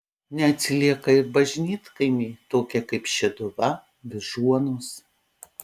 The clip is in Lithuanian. neatsilieka ir bažnytkaimiai tokie kaip šeduva vyžuonos